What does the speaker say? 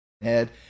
head